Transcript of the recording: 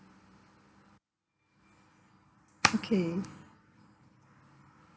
okay